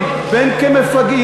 זה לא נכון.